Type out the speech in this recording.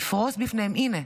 יפרוס בפניהם: הינה,